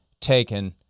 taken